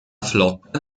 flotta